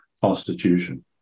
Constitution